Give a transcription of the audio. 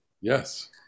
Yes